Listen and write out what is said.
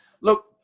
Look